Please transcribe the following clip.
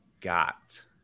got